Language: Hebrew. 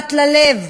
הנוגעת ללב,